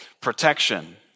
protection